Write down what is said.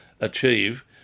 achieve